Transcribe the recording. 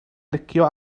licio